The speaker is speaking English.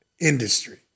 industry